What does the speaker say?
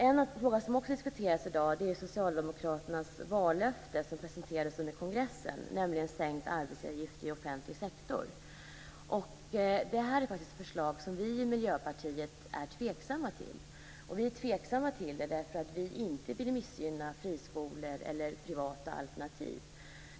En fråga som också diskuteras i dag är Socialdemokraternas vallöfte som presenterades under kongressen, nämligen sänkt arbetsgivaravgift i offentlig sektor. Det här är ett förslag som vi i Miljöpartiet är tveksamma till. Anledningen är att vi inte vill missgynna friskolor eller privata alternativ.